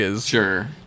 Sure